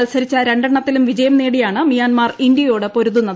മത്സരിച്ച രണ്ടെണ്ണത്തിലും വിജയം നേടിയാണ് മ്യാൻമാർ ഇന്ത്യയോട് പൊരുതുന്നത്